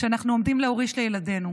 שאנחנו עומדים להוריש לילדינו.